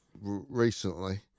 Recently